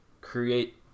create